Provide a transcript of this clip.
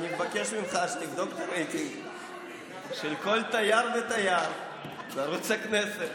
אני מבקש ממך שתבדוק את הרייטינג של כל תייר ותייר בערוץ הכנסת.